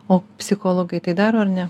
o psichologai tai daro ar ne